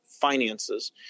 finances